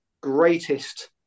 greatest